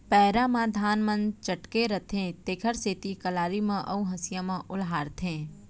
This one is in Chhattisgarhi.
पैरा म धान मन चटके रथें तेकर सेती कलारी म अउ हँसिया म ओलहारथें